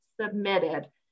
submitted